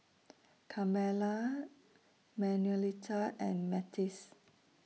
Carmella Manuelita and Matthias